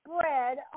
bread